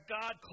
God